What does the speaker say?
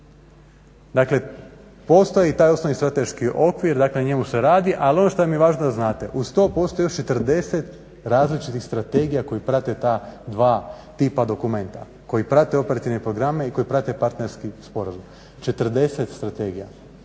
Dakle postoji taj osnovni strateški okvir na njemu se radi, ali ono što vam je važno da znate uz to postoji još 40 različitih strategija koje prate ta dva tipa dokumenta, koji prate operativne programe i koji prate partnerski sporazum, 40 strategija.